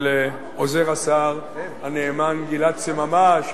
של עוזר השר הנאמן גלעד סממה,